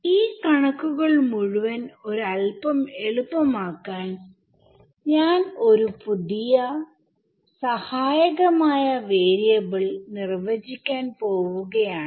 ഈ കണക്കുകൾ മുഴുവൻ ഒരല്പം എളുപ്പമാക്കാൻ ഞാൻ ഒരു പുതിയ സഹായകമായ വാരിയബിൾ നിർവചിക്കാൻ പോവുകയാണ്